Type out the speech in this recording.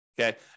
Okay